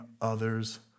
others